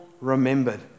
remembered